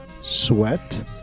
sweat